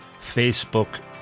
Facebook